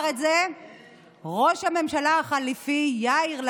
הצעת החוק שעומדת כאן היא בעצם אותו דבר.